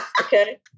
okay